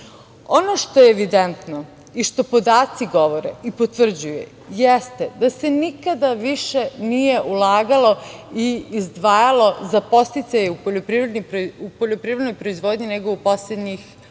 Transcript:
što je evidentno i što podaci govore i potvrđuju jeste da se nikada više nije ulagalo i izdvajalo za podsticaje u poljoprivrednoj proizvodnji nego u poslednjih